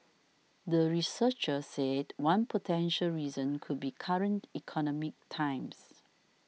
the researchers said one potential reason could be current economic times